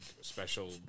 special